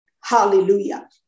Hallelujah